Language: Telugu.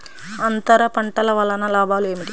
అంతర పంటల వలన లాభాలు ఏమిటి?